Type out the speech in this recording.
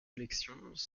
élections